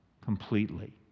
completely